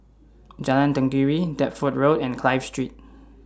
Jalan Tenggiri Deptford Road and Clive Street